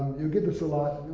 you get this a lot,